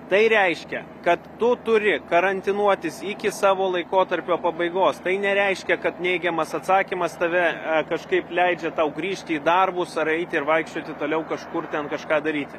tai reiškia kad tu turi karantinuotis iki savo laikotarpio pabaigos tai nereiškia kad neigiamas atsakymas tave kažkaip leidžia tau grįžti į darbus ar eiti ir vaikščioti toliau kažkur ten kažką daryti